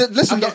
listen